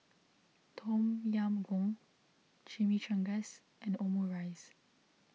Tom Yam Goong Chimichangas and Omurice